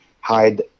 hide